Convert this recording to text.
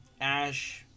Ash